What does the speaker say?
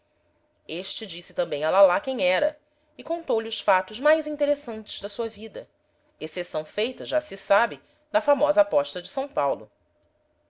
este disse também a lalá quem era e contou-lhe os fatos mais interessantes da sua vida exceção feita já se sabe da famosa aposta de são paulo